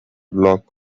block